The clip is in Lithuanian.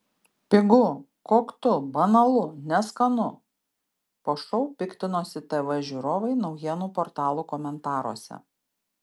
pigu koktu banalu neskanu po šou piktinosi tv žiūrovai naujienų portalų komentaruose